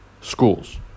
schools